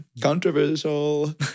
Controversial